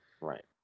right